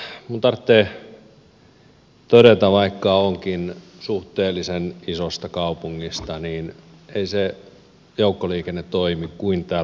minun tarvitsee todeta vaikka olenkin suhteellisen isosta kaupungista että ei se joukkoliikenne toimi niin kuin täällä pääkaupunkiseudulla